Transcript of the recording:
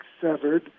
severed